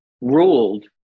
ruled